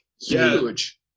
Huge